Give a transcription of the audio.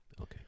Okay